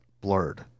blurred